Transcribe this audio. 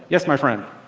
yes my friend.